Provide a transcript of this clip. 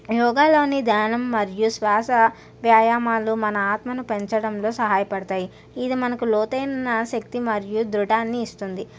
యోగాలోని ధ్యానం మరియు శ్వాస వ్యాయామాలు మన ఆత్మను పెంచడంలో సహాయపడతాయి ఇది మనకి లోతైన శక్తి మరియు ధృడాన్ని ఇస్తుంది